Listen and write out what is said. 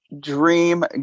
dream